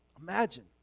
imagine